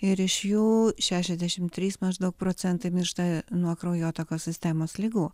ir iš jų šešiasdešimt trys maždaug procentai miršta nuo kraujotakos sistemos ligų